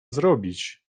zrobić